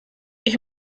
ich